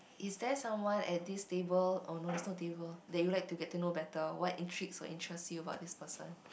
is there someone at this table oh no there's no table that you would like to know better what intricts or interests you about this person